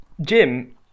Jim